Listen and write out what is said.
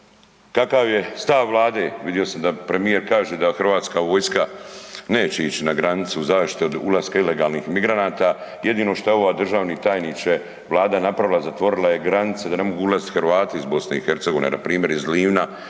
kakav je stav vlade? Vidio sam da premijer kaže da HV neće ić na granice u zaštitu od ulaska ilegalnih migranata. Jedino šta je ova, državni tajniče, vlada napravila zatvorila je granice da ne mogu ulazit Hrvati iz BiH, npr. iz Livna